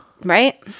Right